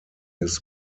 his